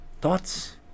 Thoughts